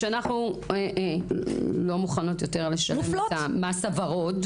אנחנו נעשה בחינה של הרפורמה.